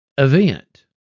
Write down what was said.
Event